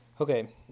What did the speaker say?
Okay